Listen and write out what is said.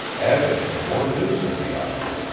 avid for more news of the offer,